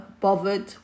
bothered